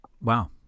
Wow